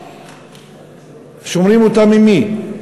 שומרים אותה ממי?